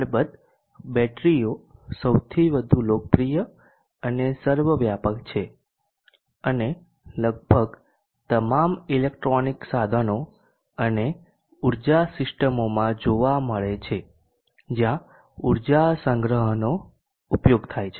અલબત્ત બેટરીઓ સૌથી વધુ લોકપ્રિય અને સર્વવ્યાપક છે અને લગભગ તમામ ઇલેક્ટ્રોનિક સાધનો અને ઉર્જા સિસ્ટમોમાં જોવા મળે છે જ્યાં ઉર્જા સંગ્રહનો ઉપયોગ થાય છે